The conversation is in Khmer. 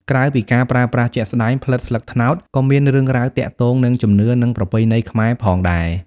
ក្រៅពីការប្រើប្រាស់ជាក់ស្តែង ផ្លិតស្លឹកត្នោតក៏មានរឿងរ៉ាវទាក់ទងនឹង ជំនឿនិងប្រពៃណីខ្មែរ ផងដែរ។